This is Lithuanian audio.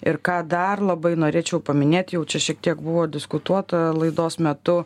ir ką dar labai norėčiau paminėt jau čia šiek tiek buvo diskutuota laidos metu